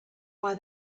why